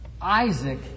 Isaac